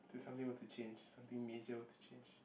to something were to change something major were to change